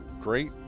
great